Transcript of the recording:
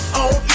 on